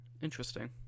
Interesting